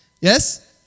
Yes